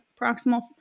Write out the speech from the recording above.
proximal